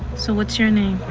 so attorney